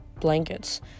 blankets